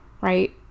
right